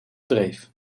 dreef